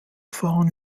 fahren